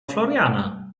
floriana